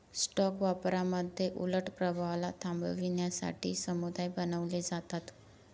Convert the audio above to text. stock व्यापारामध्ये उलट प्रभावाला थांबवण्यासाठी समुदाय बनवले जातात